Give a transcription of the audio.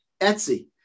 Etsy